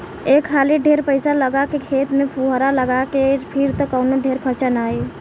एक हाली ढेर पईसा लगा के खेत में फुहार लगा के फिर त कवनो ढेर खर्चा ना आई